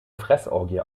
fressorgie